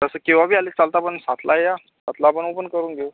तसं केव्हा बी आले तर चालतं पण सातला या सातला आपण ओपन करून घेऊ